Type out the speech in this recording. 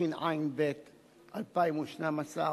התשע"ב 2012,